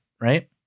right